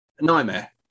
nightmare